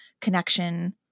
connection